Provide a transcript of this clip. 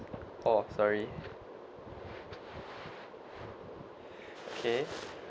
oh sorry okay